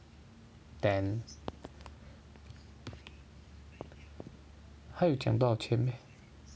then 他又讲多少钱 meh